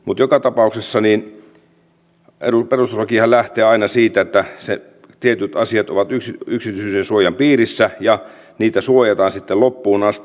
mutta joka tapauksessa perustuslakihan lähtee aina siitä että tietyt asiat ovat yksityisyydensuojan piirissä ja niitä suojataan sitten loppuun asti